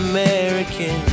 American